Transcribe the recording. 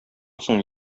соң